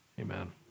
amen